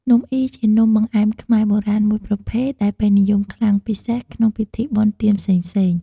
នំអុីជានំបង្អែមខ្មែរបុរាណមួយប្រភេទដែលពេញនិយមខ្លាំង ពិសេសក្នុងពិធីបុណ្យទានផ្សេងៗ។